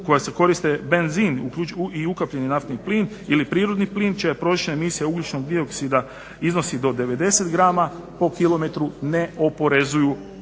koja se koriste benzin i ukapljeni naftni plin ili prirodni plin čija je prosječna emisija ugljičnog dioksida iznosi do 90 grama po kilometru ne oporezuju